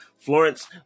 Florence